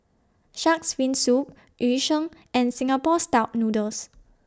Shark's Fin Soup Yu Sheng and Singapore Style Noodles